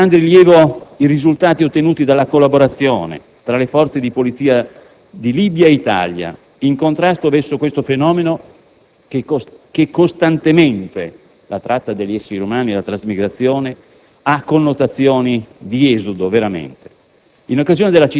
Sono stati di grande rilievo i risultati ottenuti dalla collaborazione tra le forze di polizia di Libia e Italia in contrasto verso questo fenomeno, la tratta degli esseri umani e la trasmigrazione, che costantemente